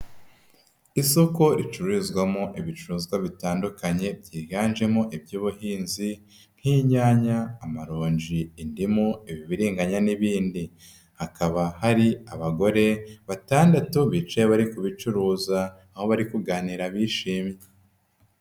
Isoko ricururizwamo ibicuruzwa bitandukanye, byiganjemo iby'ubuhinzi nk'inyanya, amaronji, indimu, ibibiringanya n'ibindi. Hakaba hari abagore batandatu bicaye bari ku bicuruza, aho bari kuganira bishimye.